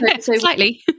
slightly